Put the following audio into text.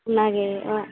ᱚᱱᱟᱜᱮ